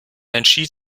entschied